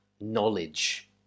knowledge